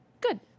Good